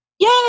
Yay